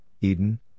Eden